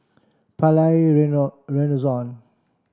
Palais Renaissance